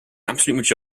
absolute